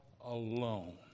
alone